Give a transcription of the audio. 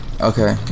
Okay